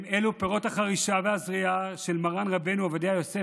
אלו הם פירות החרישה והזריעה של מרן רבנו עובדיה יוסף,